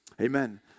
Amen